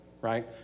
right